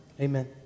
Amen